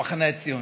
המחנה הציוני: